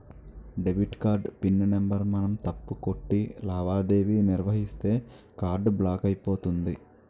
debit card pin number మనం తప్పు కొట్టి లావాదేవీ నిర్వహిస్తే కార్డు బ్లాక్ అయిపోతుంది